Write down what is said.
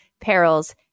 perils